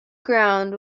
ground